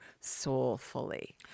soulfully